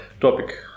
topic